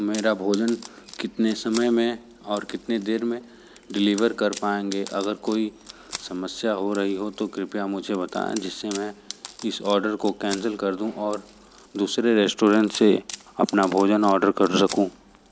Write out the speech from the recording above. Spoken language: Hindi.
मेरा भोजन कितने समय में और कितनी देर में डिलीवर कर पाएंगे अगर कोई समस्या हो रही हो तो कृपया मुझे बताएँ जिससे मैं इस आर्डर को कैंसिल कर दूँ और दूसरे रेस्टोरेंट से अपना भोजन ऑर्डर कर सकूँ